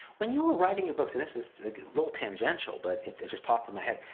when you were writing your books, and this is a little tangential, but it just popped in my head.